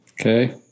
okay